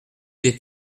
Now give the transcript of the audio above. des